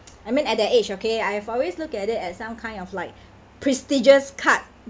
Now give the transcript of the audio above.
I mean at that age okay I've always looked at it at some kind of like prestigious card